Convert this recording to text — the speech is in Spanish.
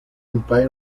empire